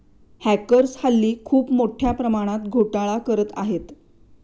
hackers हल्ली खूप मोठ्या प्रमाणात घोटाळा करत आहेत